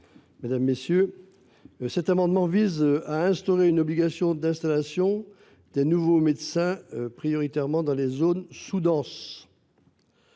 M. Jean Luc Fichet. Cet amendement vise à instaurer une obligation d’installation des nouveaux médecins prioritairement dans les zones sous denses.